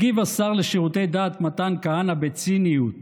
הגיב השר לשירותי דת מתן כהנא בציניות